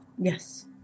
yes